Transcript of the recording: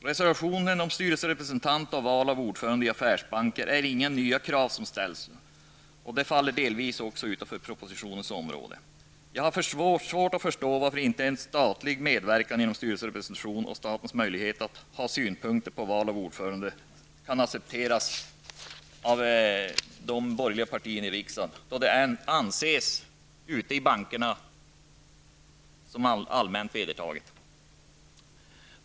I reservationerna om styrelserepresentant och val av ordförande i affärsbanker ställs inga nya krav, och de faller delvis utanför propositionens område. Jag har svårt att förstå varför inte en statlig medverkan genom styrelserepresentation och statens möjlighet att ha synpunkter på val av ordförande i affärsbank kan accepteras av de borgerliga i riksdagen, då det anses allmänt accepterat ute i bankerna.